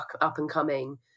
up-and-coming